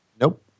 Nope